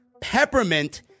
peppermint